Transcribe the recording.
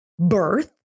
birth